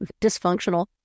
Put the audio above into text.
dysfunctional